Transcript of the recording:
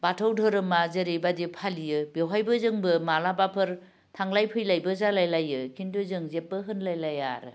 बाथौ धोरोमा जेरैबादि फालियो बेवहायबो जोंबो माब्लाबाफोर थांलाय फैलायबो जालाय लायो खिन्थु जों जेब्बो होनलाय लाया आरो